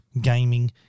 gaming